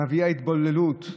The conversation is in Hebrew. מביאה התבוללות,